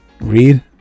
Read